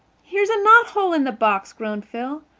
here's a knot hole in the box, groaned phil.